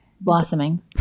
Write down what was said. blossoming